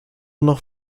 noch